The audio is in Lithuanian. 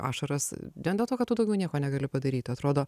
ašaras vien dėl to kad tu daugiau nieko negali padaryti atrodo